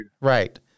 Right